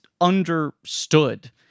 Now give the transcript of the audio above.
understood